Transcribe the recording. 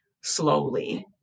slowly